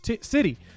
city